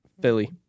Philly